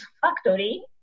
factory